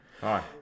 Hi